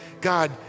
God